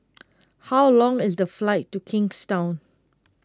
how long is the flight to Kingstown